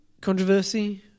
Controversy